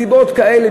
מסיבות כאלה,